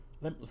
let